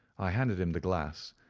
i handed him the glass,